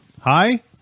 Hi